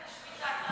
בהחלט התרגשות אישית,